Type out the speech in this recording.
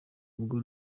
ubwo